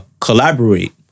collaborate